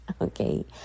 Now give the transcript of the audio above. okay